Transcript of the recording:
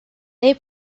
they